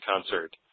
concert